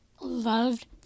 loved